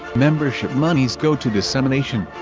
membership monies go to dissemination.